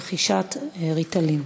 רכישת "ריטלין".